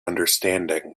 understanding